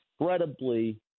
incredibly